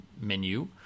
menu